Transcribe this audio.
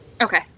Okay